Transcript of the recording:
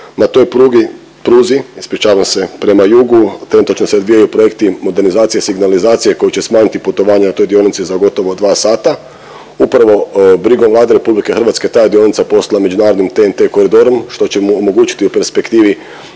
Na toj prugi, pruzi, ispričavam se, prema jugu, trenutačno se odvijaju projekti modernizacije i signalizacije koji će smanjiti putovanja na toj dionici za gotovo dva sata, upravo brigom Vlade RH ta je dionica postala međunarodnim TEN-T koridorom, što će mu omogućiti u perspektivi